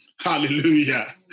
Hallelujah